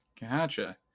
gotcha